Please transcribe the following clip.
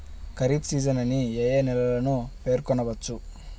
Kharif season అని ఏ ఏ నెలలను పేర్కొనవచ్చు?